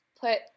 put